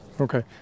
Okay